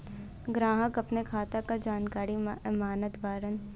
ग्राहक अपने खाते का जानकारी मागत बाणन?